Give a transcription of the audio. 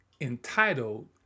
entitled